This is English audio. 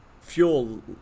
fuel